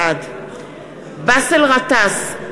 בעד באסל גטאס,